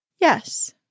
yes